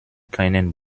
keinen